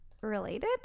related